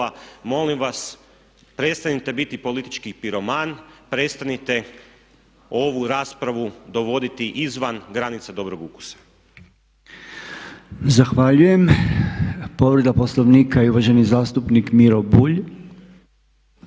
molim vas prestanite biti politički piroman, prestanite ovu raspravu dovoditi izvan granica dobrog ukusa. **Podolnjak, Robert (MOST)** Zahvaljujem. Povreda Poslovnika i uvaženi zastupnik Miro Bulj.